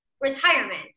retirement